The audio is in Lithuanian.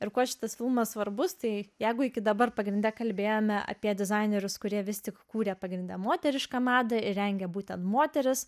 ir kuo šitas filmas svarbus tai jeigu iki dabar pagrinde kalbėjome apie dizainerius kurie vis tik kūrė pagrinde moterišką madą ir rengė būtent moteris